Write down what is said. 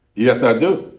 yes, i do.